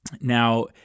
Now